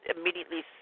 immediately